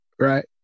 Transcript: right